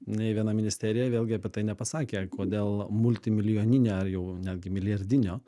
nei viena ministerija vėlgi apie tai nepasakė kodėl multimilijoninio ar jau netgi milijardinio